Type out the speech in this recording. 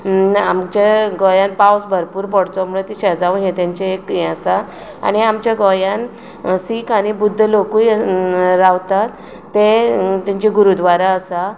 आमच्या गोंयांत पावस भरपूर पडचो म्हूण सेजांव म्हूण तेंचें एक ये आसा आनी आमच्या गोंयांत सिख आनी बुद्ध लोकूय रावतात ते तेंचे गुरुद्वारा आसा